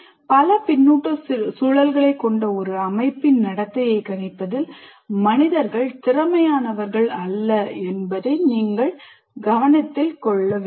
பல பின்னூட்ட சுழல்களைக் கொண்ட ஒரு அமைப்பின் நடத்தையை கணிப்பதில் மனிதர்கள் திறமையானவர்கள் அல்ல என்பதை நீங்கள் கவனத்தில் கொள்ள வேண்டும்